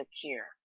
secure